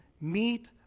meet